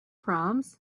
proms